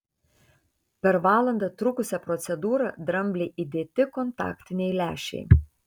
per valandą trukusią procedūrą dramblei įdėti kontaktiniai lęšiai